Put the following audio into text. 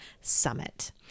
summit